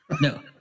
No